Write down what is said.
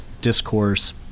discourse